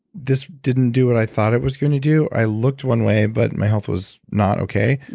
this didn't do what i thought it was going to do. i looked one way but my health was not okay.